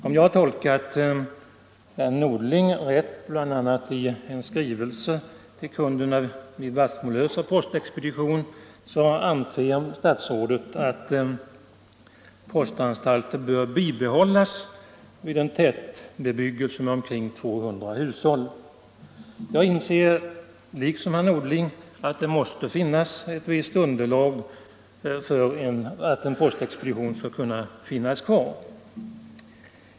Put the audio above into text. Om jag tolkat herr Norling rätt bl.a. i en skrivelse till kunderna vid Vassmolösa postexpedition, anser statsrådet att postanstalter bör bibehållas vid en tätbebyggelse med omkring 200 hushåll. Jag inser liksom herr Norling att det måste finnas ett visst underlag för att en postexpedition skall kunna finnas kvar.